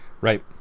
Right